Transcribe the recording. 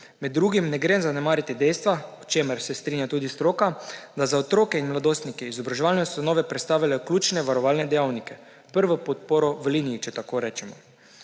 med drugim ne gre zanemariti dejstva, s čimer se strinja tudi stroka, da za otroke in mladostnike izobraževalne ustanove predstavljajo ključne varovalne dejavnike − prvo podporo v liniji, če tako rečemo.